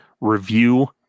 review